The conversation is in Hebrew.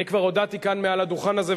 אני כבר הודעתי כאן מעל הדוכן הזה,